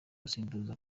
gusimbuza